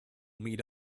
meet